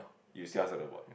you will still ask her to abort